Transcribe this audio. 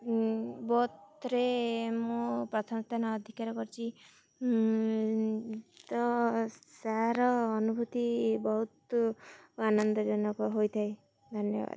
ବୋଥ୍ରେ ମୁଁ ପ୍ରଥମ ସ୍ଥାନ ଅଧିକାର କରିଛି ତ ତା'ର ଅନୁଭୂତି ବହୁତ ଆନନ୍ଦଜନକ ହୋଇଥାଏ ଧନ୍ୟବାଦ୍